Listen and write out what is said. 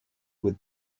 with